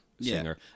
singer